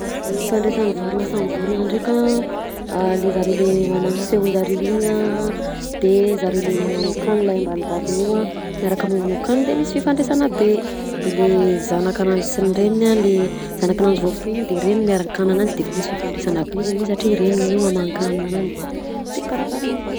Ifandraisany vorona samy vorona nndreka a le zareo le magnano feonjareo iny a de zareo le magnano akany lahy mbany vaviny io miaraky manao akany de misy fifandraisany be de le zanak'anjy sy ny reniny a le zanak'anjy vao fohy iny a miarakanina ananjy defa misy fifandraisana be izy amin'iny satria hoe reniny mamana-kanina ananjy de karakara an'zany.